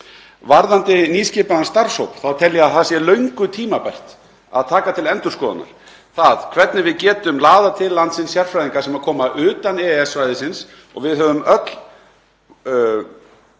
Varðandi nýskipaðan starfshóp þá tel ég að það sé löngu tímabært að taka það til endurskoðunar hvernig við getum laðað til landsins sérfræðinga sem koma utan EES-svæðisins. Við höfum öll